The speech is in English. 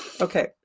okay